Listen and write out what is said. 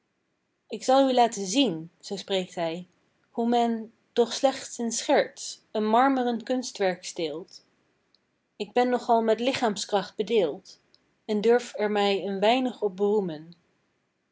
ik zal u laten zien zoo spreekt hij hoe men doch slechts in scherts een marmeren kunstwerk steelt ik ben nogal met lichaamskracht bedeeld en durf er mij een weinig op beroemen